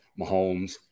Mahomes